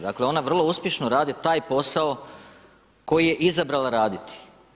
Dakle, ona vrlo uspješno radi taj posao, koji je izabrala raditi.